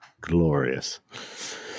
Glorious